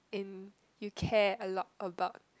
and you care a lot about